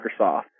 microsoft